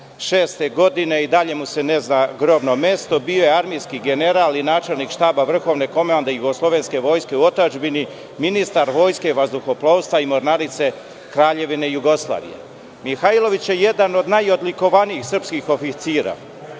1946. godine i dalje mu se ne zna grobno mesto. Bio je armijski general i načelnik Štaba Vrhovne komande Jugoslovenske vojske u otadžbini, ministar Vojske, vazduhoplovstva i mornarice Kraljevine Jugoslavije. Mihajlović je jedan od najodlikovanijih srpskih oficira.